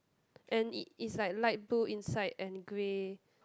and it is like light blue inside and grey